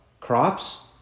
crops